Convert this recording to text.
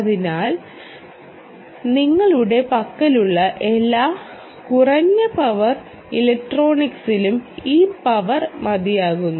അതിനാൽ ഞങ്ങളുടെ പക്കലുള്ള എല്ലാ കുറഞ്ഞ പവർ ഇലക്ട്രോണിക്സിലും ഈ പവർ മതിയാകുന്നു